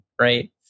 right